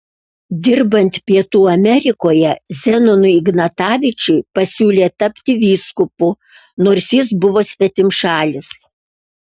dirbant pietų amerikoje zenonui ignatavičiui pasiūlė tapti vyskupu nors jis buvo svetimšalis